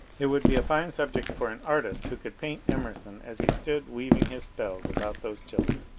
it would be a fine sub ject for an artist who could paint emerson as he stood weav ing his spells about those children.